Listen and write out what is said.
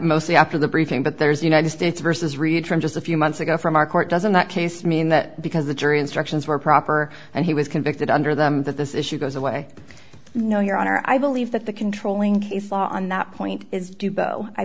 mostly after the briefing but there's the united states versus return just a few months ago from our court doesn't that case mean that because the jury instructions were proper and he was convicted under them that this issue goes away no your honor i believe that the controlling case law on that point is do